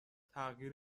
تغییر